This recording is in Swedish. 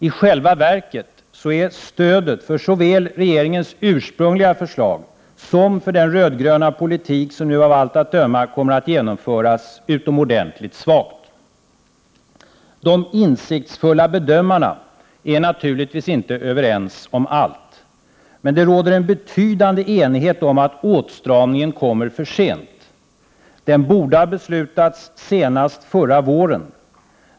I själva verket är stödet för såväl regeringens ursprungliga förslag som för den röd-gröna politik som nu av allt att döma kommer att genomföras utomordentligt svagt. De ”insiktsfulla bedömarna” är naturligtvis inte överens om allt, men det råder en betydande enighet om att åtstramningen kommer för sent. Den borde ha beslutats senast förra våren.